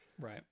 Right